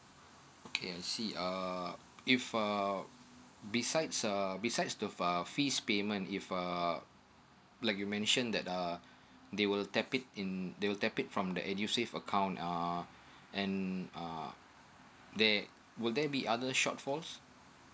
okay I see um if um besides um besides the fees payment if uh like you mention that uh they will tap it in um they will tap it from the edusave account um and um there will there be other short falls